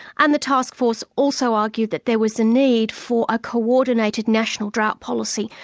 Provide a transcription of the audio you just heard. and the task force also argued that there was a need for a co-ordinated national drought policy,